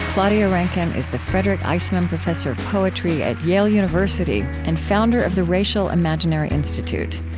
claudia rankine is the frederick iseman professor of poetry at yale university and founder of the racial imaginary institute.